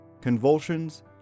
convulsions